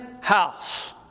house